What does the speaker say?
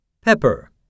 Pepper